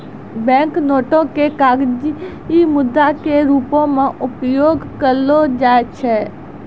bank नोटो के कागजी मुद्रा के रूपो मे उपयोग करलो जाय छै